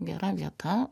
gera vieta